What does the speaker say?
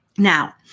Now